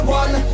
one